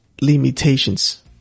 limitations